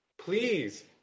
please